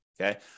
Okay